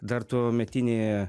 dar tuometinėje